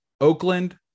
Oakland